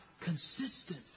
consistent